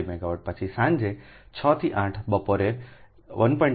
5 megawatt પછી સાંજે 6 થી 8 બપોરે 1